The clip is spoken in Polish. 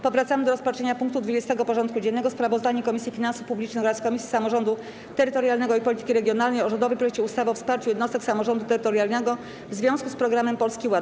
Powracamy do rozpatrzenia punktu 20. porządku dziennego: Sprawozdanie Komisji Finansów Publicznych oraz Komisji Samorządu Terytorialnego i Polityki Regionalnej o rządowym projekcie ustawy o wsparciu jednostek samorządu terytorialnego w związku z Programem Polski Ład.